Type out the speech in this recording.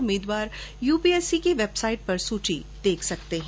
उम्मीदवार यूपीएससी की वेबसाइट पर सूची देख सकते हैं